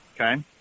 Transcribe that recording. Okay